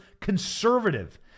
conservative